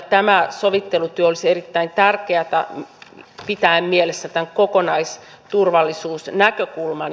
tämä sovittelutyö olisi erittäin tärkeätä pitäen mielessä tämän kokonaisturvallisuusnäkökulman